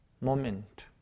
moment